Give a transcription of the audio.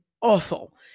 awful